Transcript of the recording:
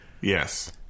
Yes